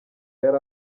yari